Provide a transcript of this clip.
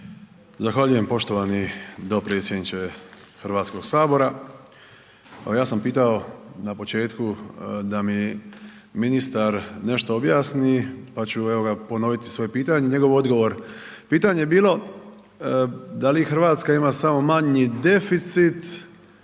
Zahvaljujem poštovani dopredsjedniče HS. Evo ja sam pitao na početku da mi ministar nešto objasni, pa ću evo ja ponoviti svoje pitanje, njegov odgovor, pitanje je bilo da li RH ima samo manji deficit